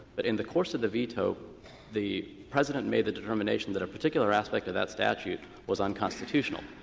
but in the course of the veto the president made the determination that a particular aspect of that statute was unconstitutional.